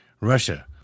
Russia